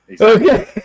Okay